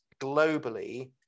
globally